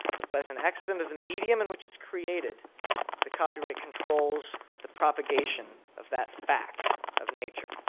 but but as an accident of the medium in which it's created the copyright controls the propagation of that fact of nature.